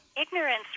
Ignorance